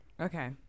Okay